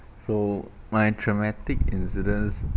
so my traumatic incidents